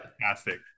fantastic